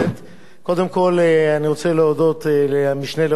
קודם כול אני רוצה להודות למשנה לראש הממשלה,